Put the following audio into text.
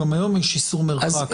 גם היום יש איסור מרחק.